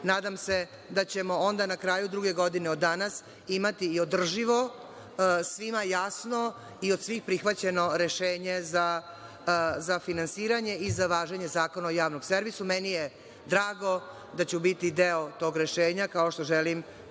nadam se da ćemo onda na kraju druge godine od danas imati i održivo, svima jasno, i od svih prihvaćeno rešenje za finansiranje i za važenje Zakona o Javnom servisu. Meni je drago da ću biti deo tog rešenja, kao što želim svako